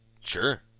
sure